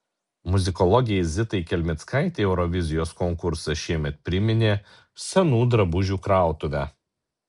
muzikologei zitai kelmickaitei eurovizijos konkursas šiemet priminė senų drabužių krautuvę